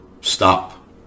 stop